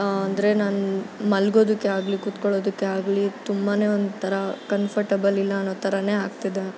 ಅಂದರೆ ನಾನು ಮಲ್ಗೋದಕ್ಕೆ ಆಗಲಿ ಕುತ್ಕೊಳೊದಕ್ಕೆ ಆಗಲಿ ತುಂಬಾ ಒಂಥರ ಕನ್ಫರ್ಟಬಲ್ ಇಲ್ಲ ಅನ್ನೋ ಥರನೇ ಆಗ್ತಿದೆ